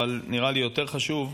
אבל נראה לי יותר חשוב,